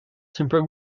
simple